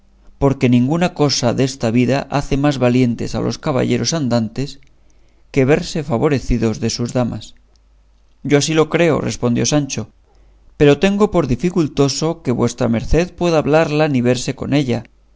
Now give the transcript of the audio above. porque ninguna cosa desta vida hace más valientes a los caballeros andantes que verse favorecidos de sus damas yo así lo creo respondió sancho pero tengo por dificultoso que vuestra merced pueda hablarla ni verse con ella